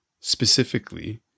specifically